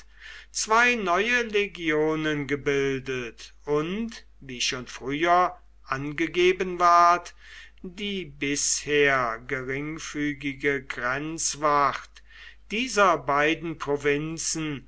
zwei neue legionen gebildet und wie schon früher angegeben ward die bisher geringfügige grenzwacht dieser beiden provinzen